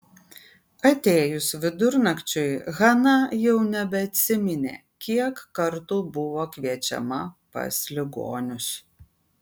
atėjus vidurnakčiui hana jau nebeatsiminė kiek kartų buvo kviečiama pas ligonius